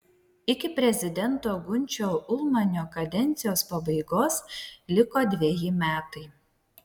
iki prezidento gunčio ulmanio kadencijos pabaigos liko dveji metai